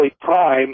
prime